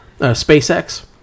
spacex